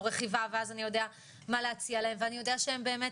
או רכיבה ואז אני יודע מה להציע להם ואני יודע שהם באמת,